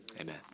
Amen